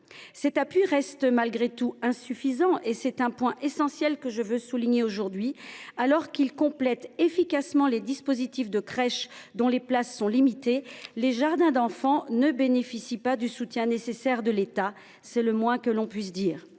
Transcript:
Cet appui reste malgré tout insuffisant. C’est un point essentiel que je veux souligner aujourd’hui : alors qu’ils complètent efficacement les dispositifs de crèches, où les places sont limitées, les jardins d’enfants ne bénéficient pas – c’est le moins que l’on puisse dire